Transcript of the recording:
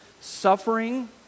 suffering